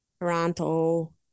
Toronto